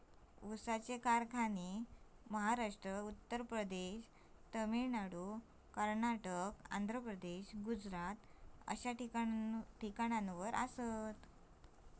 ऊसाचे कारखाने महाराष्ट्र, उत्तर प्रदेश, तामिळनाडू, कर्नाटक, आंध्र प्रदेश, गुजरात अश्या ठिकाणावर आसात